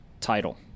title